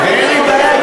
ואין לי בעיה,